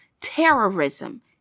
terrorism